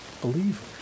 believers